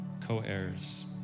co-heirs